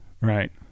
Right